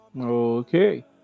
Okay